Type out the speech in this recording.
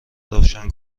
روشن